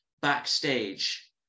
backstage